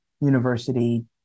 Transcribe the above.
university